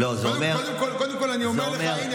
קודם כול הינה,